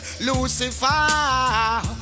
Lucifer